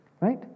right